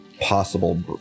possible